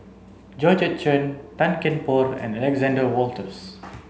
Georgette Chen Tan Kian Por and Alexander Wolters